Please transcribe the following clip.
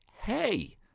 hey